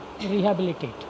rehabilitate